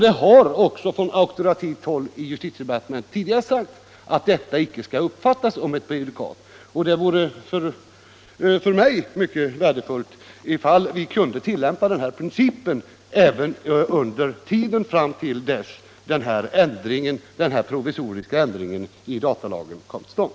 Det har från auktoritativt håll i justitiedepartementet tidigare sagts att beslutet inte skall uppfattas som ett prejudikat, och det vore mycket värdefullt ifall vi kunde tillämpa den åsyftade principen även under tiden fram till dess den provisoriska ändringen av datalagen kommer till stånd.